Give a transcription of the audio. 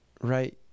right